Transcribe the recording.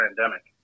pandemic